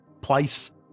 place